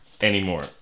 Anymore